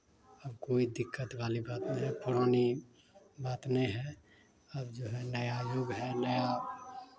कोई दिक्कत वाली बात नहीं है पुरानी बात में है अब जो है नया युग है नया